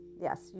yes